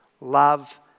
Love